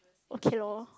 okay loh